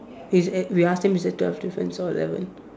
it's at we ask him is there twelve difference or eleven